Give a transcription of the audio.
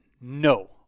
no